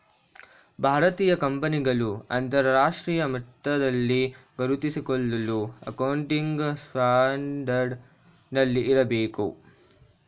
ಭಾರತೀಯ ಕಂಪನಿಗಳು ಅಂತರರಾಷ್ಟ್ರೀಯ ಮಟ್ಟದಲ್ಲಿ ಗುರುತಿಸಿಕೊಳ್ಳಲು ಅಕೌಂಟಿಂಗ್ ಸ್ಟ್ಯಾಂಡರ್ಡ್ ನಲ್ಲಿ ಇರಬೇಕು